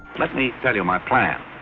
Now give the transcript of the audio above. let me tell you my plans,